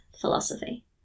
philosophy